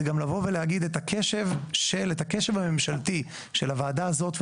זה גם לבוא ולהגיד את הקשב הממשלתי של הוועדה הזאת.